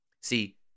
See